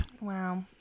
Wow